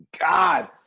God